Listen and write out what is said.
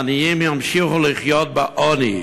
והעניים ימשיכו לחיות בעוני.